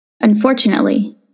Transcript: Unfortunately